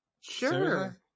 Sure